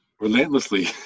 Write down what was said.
relentlessly